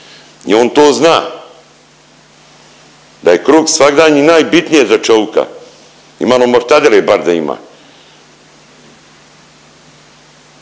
i on to zna, da je kruh svagdanji najbitnije za čovika i malo mortadele bar da ima.